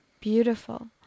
Beautiful